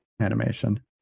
Animation